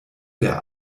der